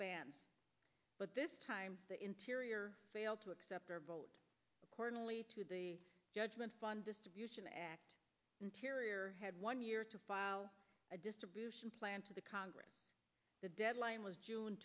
h but this time the interior failed to accept or vote according to the judgment upon distribution act interior had one year to file a distribution plan to the congress the deadline was june